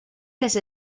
les